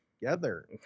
together